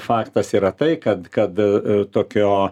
faktas yra tai kad kad tokio